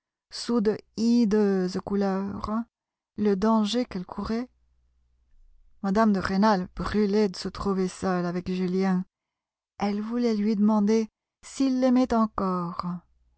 couleurs le danger qu'elle courait mme de rênal brûlait de se trouver seule avec julien elle voulait lui demander s'il l'aimait encore